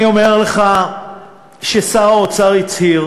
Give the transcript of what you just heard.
אני אומר לך ששר האוצר הצהיר